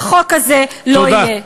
והחוק הזה לא יהיה.